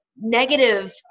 negative